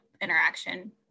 interaction